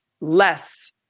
less